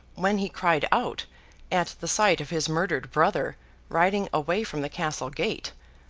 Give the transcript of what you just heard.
when he cried out at the sight of his murdered brother riding away from the castle gate,